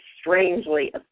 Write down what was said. strangely